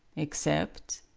except?